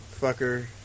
fucker